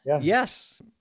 yes